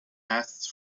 passed